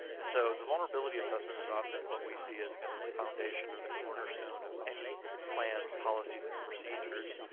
and so the vulnerability assessment is often what we see as kind of the foundation or the cornerstone of any plans, policies, and procedures